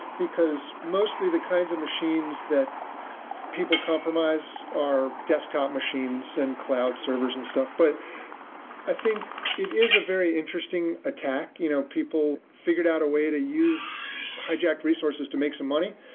because mostly the kinds of machines that people compromise are desktop machines and cloud servers an and stuff, but i think it is a very interesting attack. you know people figured out a way to use hijacked resources to make some money.